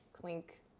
Clink